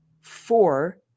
four